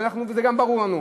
וגם ברור לנו,